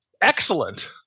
excellent